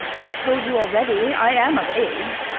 i have told you already, i am of age.